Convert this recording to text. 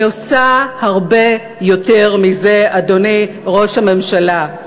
אני עושה הרבה יותר מזה, אדוני ראש הממשלה.